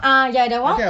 ah ya that [one]